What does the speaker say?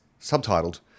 subtitled